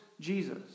Jesus